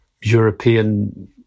European